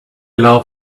love